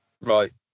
Right